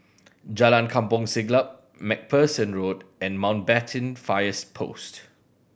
Jalan Kampong Siglap Macpherson Road and Mountbatten Fire Post